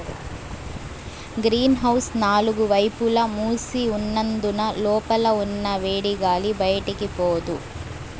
green house నాలుగు వైపులా మూసి ఉన్నందున లోపల ఉన్న వేడిగాలి బయటికి పోదు